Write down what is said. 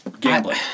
gambling